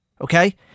Okay